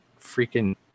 freaking